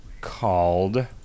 called